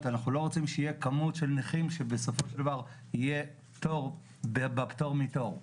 שאנחנו לא רוצים שתהיה כמות של נכים שבסופו של דבר יהיה תור בפטור מתור.